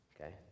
okay